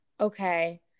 okay